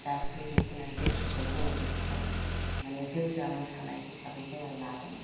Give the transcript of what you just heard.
दा फैयै फैयै फैनानै गेजेर ससेआव जोङो बेखौहाय माने जेवजा मोसानाय हिसाबै जोङो लादों